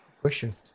question